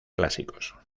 clásicos